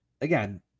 again